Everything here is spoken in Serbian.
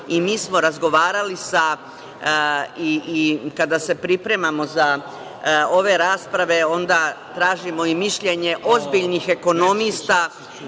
smo razgovarali, kada se pripremamo za ove rasprave, onda tražimo mišljenje ozbiljnih ekonomista